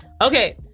Okay